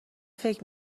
فکر